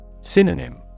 Synonym